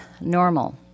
normal